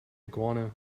iguana